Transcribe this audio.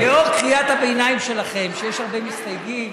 לאור קריאת הביניים שלכם שיש הרבה מסתייגים,